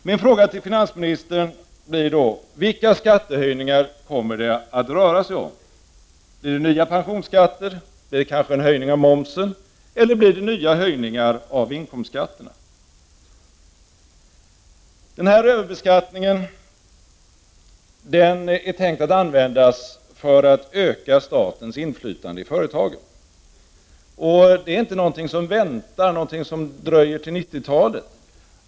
Min fråga till finansministern blir därför: Vilka skattehöjningar kommer det att röra sig om? Blir det nya pensionsskatter, kanske en höjning av momsen eller blir det nya höjningar av inkomstskatterna? Denna överbeskattning är tänkt att användas för att öka statens inflytande i företagen, och det är inte någonting som dröjer till 1990-talet.